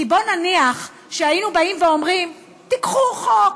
כי בואו נניח שהיינו באים ואומרים: תיקחו חוק,